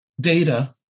data